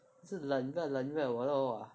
是冷热冷热我都 !wah!